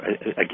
Again